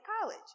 College